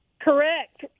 Correct